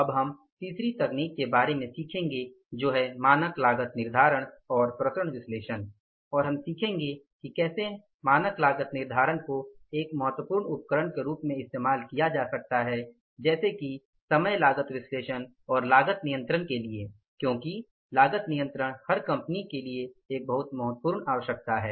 अब हम तीसरी तकनीक के बारे में सीखेंगे जो है मानक लागत निर्धारण और विचरण विश्लेषण और हम सीखेंगे कि कैसे मानक लागत निर्धारण को एक महत्वपूर्ण उपकरण के रूप में इस्तेमाल किया जा सकता है जैसे की समग्र लागत विश्लेषण और लागत नियंत्रण के लिए क्योंकि लागत नियंत्रण हर कंपनी की एक बहुत महत्वपूर्ण आवश्यकता है